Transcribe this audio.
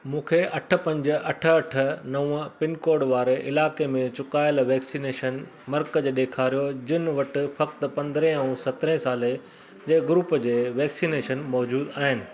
मूंखे अठ पंज अठ अठ नव पिनकोड वारे इलाइक़े में चुकायल वैक्सीनेशन मर्कज़ु ॾेखारियो जिनि वटि फ़कति पंद्रहें ऐं सतरे साले जे ग्रुप जे वैक्सीनेशन मौज़ूद आहिनि